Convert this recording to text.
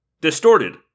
Distorted